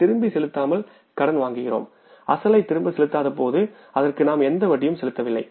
நாம் திருப்பிச் செலுத்தாமல் கடன் வாங்குகிறோம் அசலை திருப்பிச் செலுத்தாதபோது அதற்கும் நாம் எந்த வட்டியும் செலுத்தவில்லை